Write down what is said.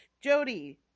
Jody